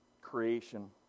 creation